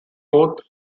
both